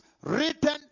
written